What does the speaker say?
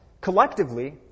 collectively